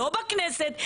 לא בכנסת,